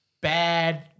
bad